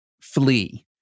Flee